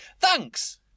Thanks